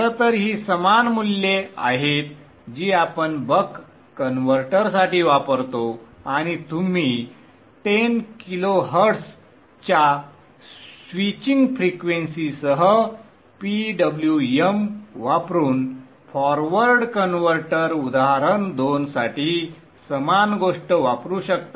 खरं तर ही समान मूल्ये आहेत जी आपण बक कन्व्हर्टरसाठी वापरतो आणि तुम्ही 10kHz च्या स्विचिंग फ्रिक्वेंसी सह PWM वापरून फॉरवर्ड कन्व्हर्टर उदाहरण दोनसाठी समान गोष्ट वापरू शकता